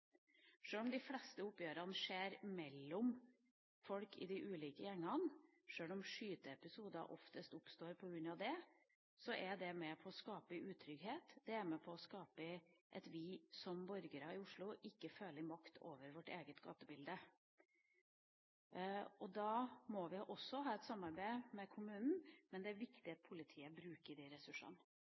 Sjøl om de fleste oppgjørene skjer mellom folk i de ulike gjengene, og sjøl om skyteepisoder oftest oppstår på grunn av det, så er dette med på å skape utrygghet, det er med på å gjøre at vi som borgere i Oslo ikke føler makt over vårt eget gatebilde. Da må vi også ha et samarbeid med kommunen, men det er viktig at politiet bruker de ressursene.